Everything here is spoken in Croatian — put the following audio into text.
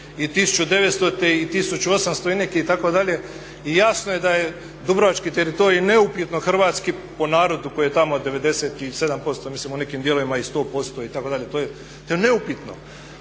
i 1900. i 1800. itd. i jasno je da je dubrovački teritorij neupitno hrvatski po narodu koji je tamo od 97% mislim u nekim dijelovima i 100% itd. to je neupitno.